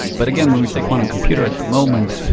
but again, when we say quantum computer at the moment,